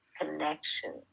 connection